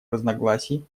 разногласий